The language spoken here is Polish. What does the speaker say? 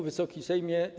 Wysoki Sejmie!